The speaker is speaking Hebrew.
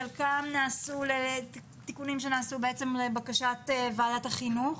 חלקן נעשו לתיקונים שנעשו לבקשת ועדת החינוך,